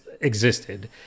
existed